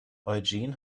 eugen